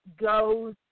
goes